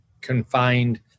confined